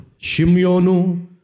Shimyonu